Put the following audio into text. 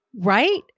right